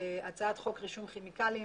הצעת חוק רישום כימיקלים